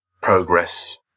progress